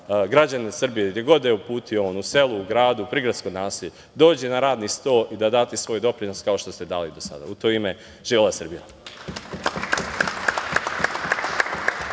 građana Srbije, gde god da je uputio on, u selu, gradu, prigradskom naselju, dođe na radni sto i da date svoj doprinos kao što ste dali i do sada. U to ime, živela Srbija!